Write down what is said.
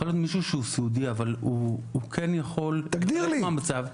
יכול להיות מישהו שהוא סיעודי אבל הוא יכול להיחלץ מהמצב.